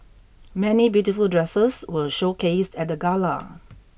many beautiful dresses were showcased at the gala